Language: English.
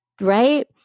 right